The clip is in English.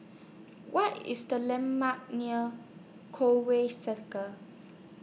What IS The landmarks near Conway Circle